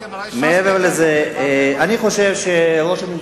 אתם מכרתם את העולים לש"ס ולאגודה.